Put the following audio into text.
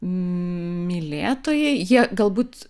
mylėtojai jie galbūt